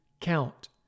count